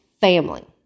family